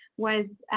was